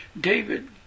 David